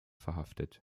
verhaftet